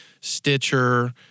Stitcher